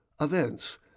Events